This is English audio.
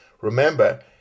Remember